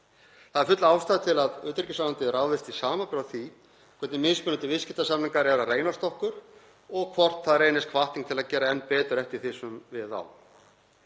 Það er full ástæða til að utanríkisráðuneytið ráðist í samanburð á því hvernig mismunandi viðskiptasamningar eru að reynast okkur og hvort það reynist hvatning til að gera enn betur eftir því sem við á.